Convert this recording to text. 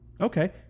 okay